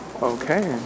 Okay